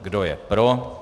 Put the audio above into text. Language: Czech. Kdo je pro?